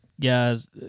Guys